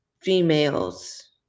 females